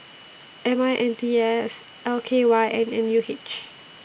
M I N D S L K Y and N U H